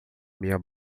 minha